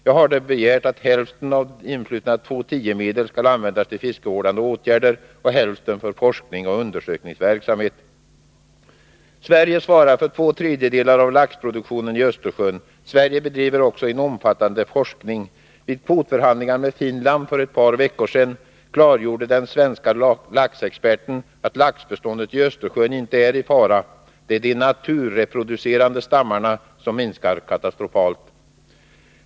Jag har där begärt att hälften av influtna s.k. 2:10-medel skall användas till fiskevårdande åtgärder och hälften till forskning och undersökningsverksamhet. Sverige svarar för två tredjedelar av laxproduktionen i Östersjön. Sverige bedriver också en omfattande forskning. Vid kvotförhandlingar med Finland för ett par veckor sedan klargjorde den svenska laxexperten att laxbeståndet i Östersjön inte är i fara. Det är de naturreproducerande stammarna som minskar katastrofalt.